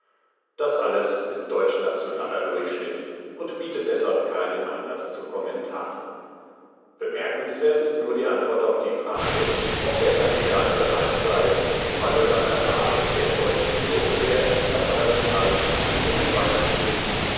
das alles ist deutschnationaler durchschnitt und bietet deshalb keinen anlaß zu kommentaren bemerkenswert ist nur die antwort auf die frage ob der kandidat bereit sei im falle seiner wahl der deutschen gruppe der interparlamentarischen union beizutreten